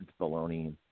baloney